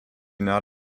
not